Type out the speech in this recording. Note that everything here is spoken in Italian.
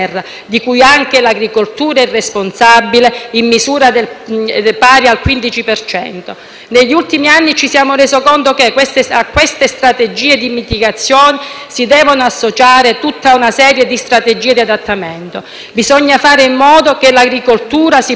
Negli ultimi anni ci siamo resi conto che a queste strategie di mitigazione si devono associare tutta una serie di strategie di adattamento. Bisogna fare in modo che l'agricoltura si possa adattare a queste variazioni climatiche. Ecco perché chiediamo espressamente che nei nuovi